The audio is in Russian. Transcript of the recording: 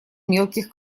мелких